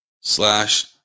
slash